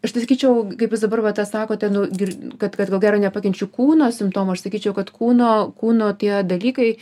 aš tai sakyčiau kaip jus dabar va tą sakote nu gir kad kad ko gero nepakenčiu kūno simptomų aš sakyčiau kad kūno kūno tie dalykai